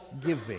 giving